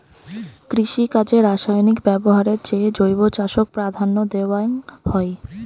কৃষিকাজে রাসায়নিক ব্যবহারের চেয়ে জৈব চাষক প্রাধান্য দেওয়াং হই